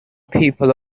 people